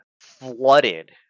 flooded